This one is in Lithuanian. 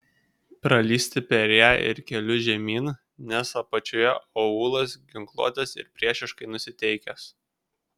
pralįsti per ją ir keliu žemyn nes apačioje aūlas ginkluotas ir priešiškai nusiteikęs